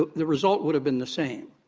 but the result would have been the same.